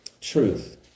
truth